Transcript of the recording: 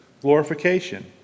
glorification